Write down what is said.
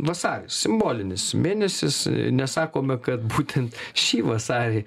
vasaris simbolinis mėnesis nesakome kad būtent šį vasarį